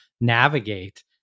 navigate